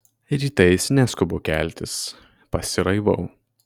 rytais neskubu keltis pasiraivau